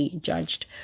judged